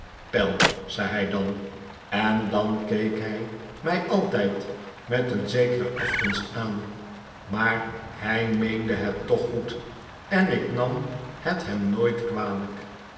pell zei hij dan en dan keek hij mij altijd met een zekere afgunst aan maar hij meende het toch goed en ik nam het hem nooit kwalijkf